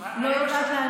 רוצה שהיא תשמע.